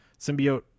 symbiote